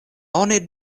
oni